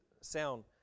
sound